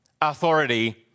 authority